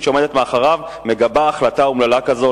שעומדת מאחוריו מגבה החלטה אומללה כזאת,